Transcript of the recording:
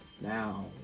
Now